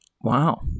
Wow